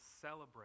celebrate